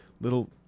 Little